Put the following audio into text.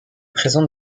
présente